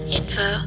info